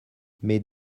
mais